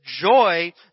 joy